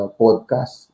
podcast